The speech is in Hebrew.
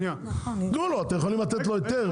תנו לו היתר.